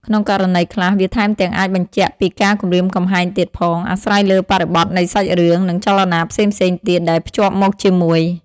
ក្នុងករណីខ្លះ វាថែមទាំងអាចបញ្ជាក់ពីការគំរាមកំហែងទៀតផង អាស្រ័យលើបរិបទនៃសាច់រឿង និងចលនាផ្សេងៗទៀតដែលភ្ជាប់មកជាមួយ។